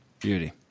Beauty